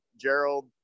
Gerald